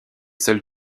seuls